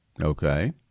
Okay